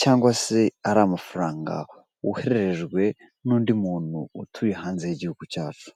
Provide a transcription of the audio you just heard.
cyangwa se ari amafaranga wohererejwe n'undi muntu utuye hanze y'igihugu cyacu.